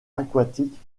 aquatique